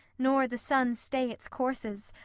nor the sun stay its courses,